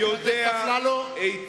חבר הכנסת אפללו.